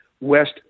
west